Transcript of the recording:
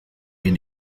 egin